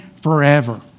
forever